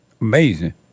Amazing